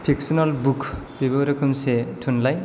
फिक्स'नेल book बेबो रोखोमसे थुनलाइ